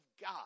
God